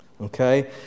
Okay